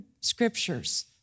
scriptures